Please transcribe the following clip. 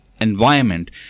environment